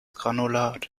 granulat